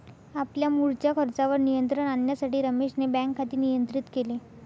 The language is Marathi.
आपल्या मुळच्या खर्चावर नियंत्रण आणण्यासाठी रमेशने बँक खाते नियंत्रित केले